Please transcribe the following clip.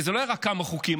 כי אלה לא רק כמה חוקים,